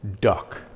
duck